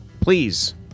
please